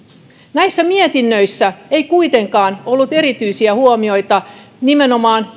näissä ei kuitenkaan ollut erityisiä huomioita nimenomaan